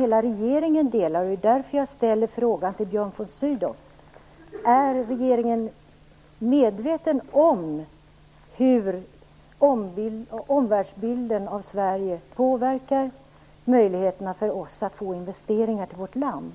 hela regeringen ansvaret för det, och det är därför jag ställer frågan till Björn von Sydow: Är regeringen medveten om hur omvärldsbilden av Sverige påverkar möjligheterna för oss att få investeringar till vårt land?